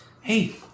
hey